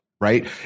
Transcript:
Right